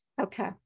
Okay